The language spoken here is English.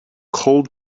cold